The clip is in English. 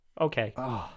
Okay